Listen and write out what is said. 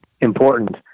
important